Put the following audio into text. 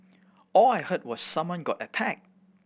all I heard was someone got attacked